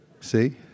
see